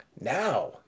Now